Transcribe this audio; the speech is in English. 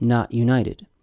not united.